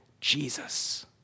Jesus